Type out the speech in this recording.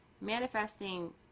manifesting